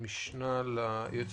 המשנה ליועץ